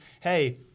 hey